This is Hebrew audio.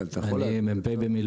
אתה יכול להתחיל בזה.